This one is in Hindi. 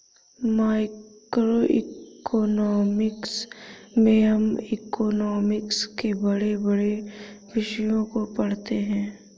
मैक्रोइकॉनॉमिक्स में हम इकोनॉमिक्स के बड़े बड़े विषयों को पढ़ते हैं